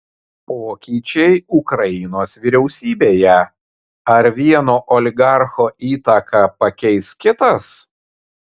pokyčiai ukrainos vyriausybėje ar vieno oligarcho įtaką pakeis kitas